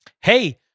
Hey